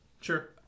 Sure